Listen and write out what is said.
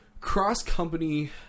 cross-company